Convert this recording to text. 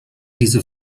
diese